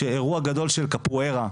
אירוע גדול של קפוארה,